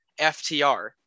FTR